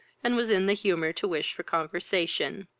and was in the humour to wish for conversation.